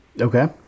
Okay